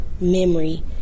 memory